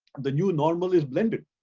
the new normal is blended.